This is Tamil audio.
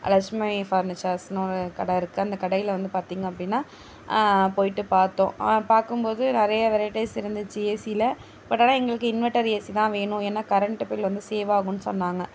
லக்ஷ்மி ஃபர்னிச்சர்ஸ்னு ஒரு கடை இருக்குது அந்த கடையில் வந்து பார்த்திங்க அப்படின்னா போய்ட்டு பார்த்தோம் பார்க்கும்போது நிறைய வெரைட்டிஸ் இருந்துச்சு ஏசில பட் ஆனால் எங்களுக்கு இன்வெட்டர் ஏசிதான் வேணும் ஏன்னா கரண்ட்டு பில் வந்து சேவ் ஆகும்னு சொன்னாங்கள்